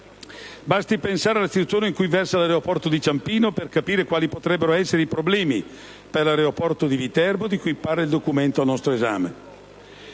Basti pensare alla situazione in cui versa l'aeroporto di Ciampino per capire quali potrebbero essere i problemi per l'aeroporto di Viterbo, di cui parla il documento al nostro esame.